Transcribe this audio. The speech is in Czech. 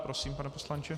Prosím, pane poslanče.